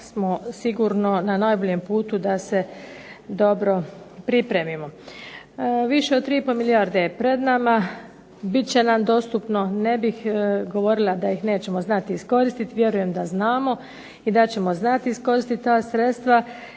smo sigurno na najboljem putu da se dobro pripremimo. Više od 3,5 milijardi je pred nama, bit će nam dostupno. Ne bih govorila da ih nećemo znati iskoristiti, vjerujem da znamo i da ćemo znati iskoristit ta sredstva